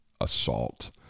assault